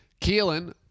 Keelan